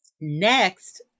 Next